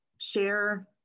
share